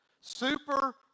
Super